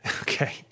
Okay